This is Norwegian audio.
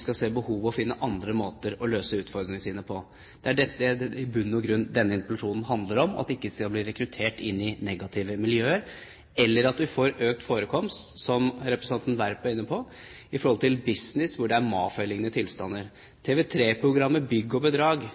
skal se behovet og finne andre måter å løse utfordringene sine på. Det er i bunn og grunn dette denne interpellasjonen handler om; at de ikke skal bli rekruttert inn i negative miljøer, og at vi ikke får økt forekomst, som representanten Werp var inne på, innenfor business, hvor det er mafialiknende tilstander. Til TV3-programmet Bygg & Bedrag: